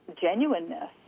genuineness